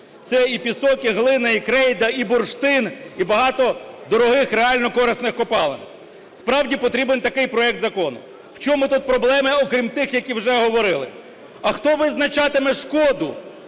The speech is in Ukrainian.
Це і пісок, і глина, і крейда, і бурштин, і багато дорогих реально корисних копалин. Справді потрібен такий проект закону. В чому тут проблеми, окрім тих, які вже говорили? А хто визначатиме шкоду,